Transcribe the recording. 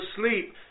sleep